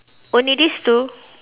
only this two